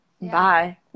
bye